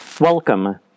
Welcome